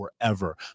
forever